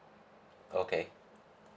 okay